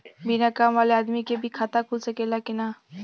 बिना काम वाले आदमी के भी खाता खुल सकेला की ना?